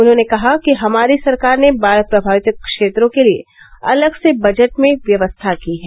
उन्होंने कहा कि हमारी सरकार ने बाढ़ प्रभावित क्षेत्रों के लिए अलग से बजट में व्यवस्था की है